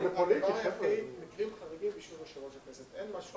כן מתוך ראייה שהגעה לכנסת היא נושא חשוב